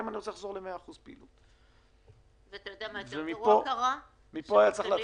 מפה היה צריך להתחיל.